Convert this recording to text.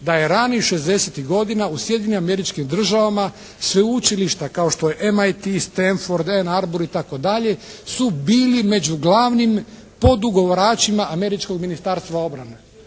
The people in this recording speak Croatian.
da je ranih 60-tih godina u Sjedinjenim Američkim Državama sveučilišta kao što je MIT, Stanford, …/Govornik se ne razumije./… itd. su bili među glavnim podugovaračima američkog Ministarstva obrane.